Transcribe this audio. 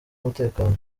umutekano